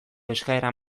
eskaera